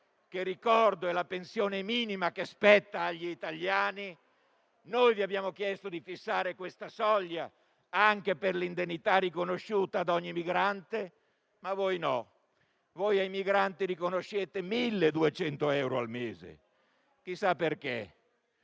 che ricordo essere la pensione minima che spetta agli italiani. Noi abbiamo chiesto di fissare questa soglia come indennità riconosciuta ad ogni migrante. Ma voi avete detto di no. Voi ai migranti riconoscete 1200 euro al mese Chissà perché: